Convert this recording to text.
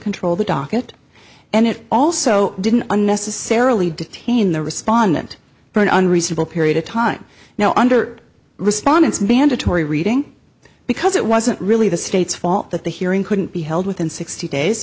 control the docket and it also didn't unnecessarily detain the respondent for an unreasonable period of time now under respondants mandatory reading because it wasn't really the state's fault that the hearing couldn't be held within sixty days